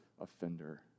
offender